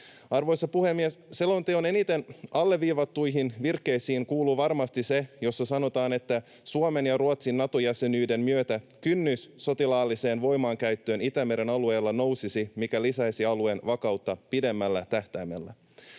Arvoisa puhemies! Selonteon eniten alleviivattuihin virkkeisiin kuuluu varmasti se, jossa sanotaan, että Suomen ja Ruotsin Nato-jäsenyyden myötä kynnys sotilaalliseen voimankäyttöön Itämeren alueella nousisi, mikä lisäisi alueen vakautta pidemmällä tähtäimellä.